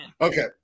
Okay